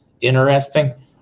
interesting